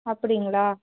அப்படிங்களா